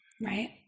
right